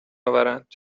آورند